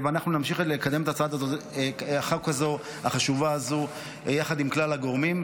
אנחנו נמשיך לקדם את ההצעה החשובה הזו יחד עם כלל הגורמים.